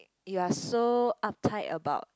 you are so uptight about